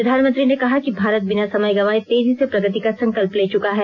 प्रधानमंत्री ने कहा कि भारत बिना समय गवाएं तेजी से प्रगति का संकल्प ले चुका है